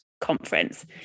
conference